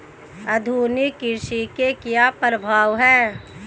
आधुनिक कृषि के क्या प्रभाव हैं?